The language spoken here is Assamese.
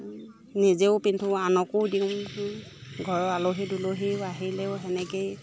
নিজেও পিন্ধো আনকো দিওঁ ঘৰৰ আলহী দুলহীও আহিলেও সেনেকেই